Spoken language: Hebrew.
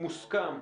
מוסכם